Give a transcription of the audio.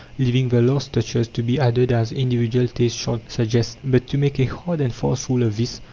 leaving the last touches to be added as individual taste shall suggest. but to make a hard and fast rule of this,